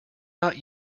not